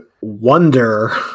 wonder